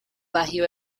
barril